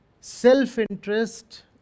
self-interest